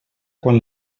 quan